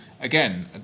again